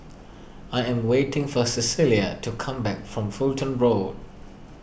I am waiting for Cecilia to come back from Fulton Road